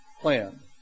plan